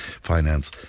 Finance